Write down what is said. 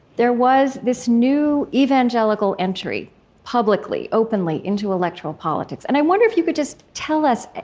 there was this new evangelical entry publicly, openly, into electoral politics. and i wonder if you could just tell us,